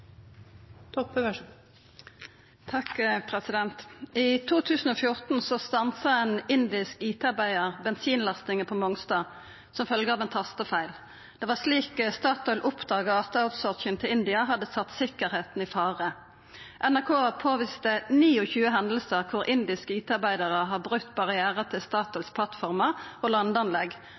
I 2014 stansa ein indisk IT-arbeidar bensinlastinga på Mongstad som følgje av ein tastefeil. Det var slik Statoil oppdaga at «outsourcing» til India hadde sett tryggleiken i fare. NRK påviste 29 hendingar der indiske IT-arbeidarar har brote barrieren til Statoils plattformar og landanlegg.